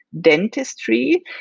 dentistry